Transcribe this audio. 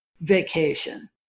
vacation